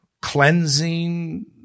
cleansing